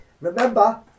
Remember